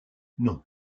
non